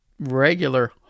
regular